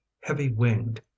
heavy-winged